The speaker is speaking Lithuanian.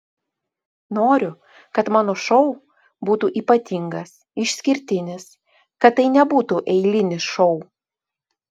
noriu kad mano šou būtų ypatingas išskirtinis kad tai nebūtų eilinis šou